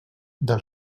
del